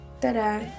Ta-da